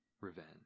revenge